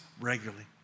regularly